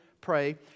pray